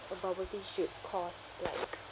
a bubble tea should cost like a cup